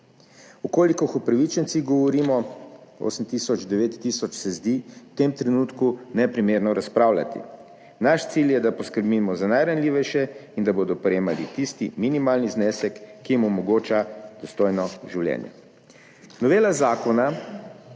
O koliko upravičencih govorimo, 8 tisoč, 9 tisoč, se zdi v tem trenutku neprimerno razpravljati. Naš cilj je, da poskrbimo za najranljivejše in da bodo prejemali tisti minimalni znesek, ki jim omogoča dostojno življenje.